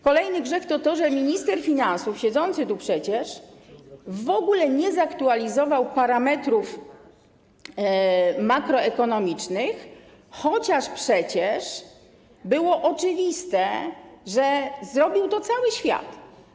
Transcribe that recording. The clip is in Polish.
Kolejnym grzechem jest to, że minister finansów, siedzący tu przecież, w ogóle nie zaktualizował parametrów makroekonomicznych, chociaż przecież było oczywiste, że zrobił to cały świat.